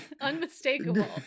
Unmistakable